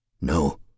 No